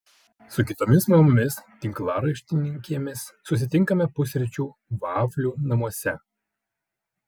su kitomis mamomis tinklaraštininkėmis susitinkame pusryčių vaflių namuose